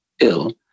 ill